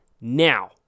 now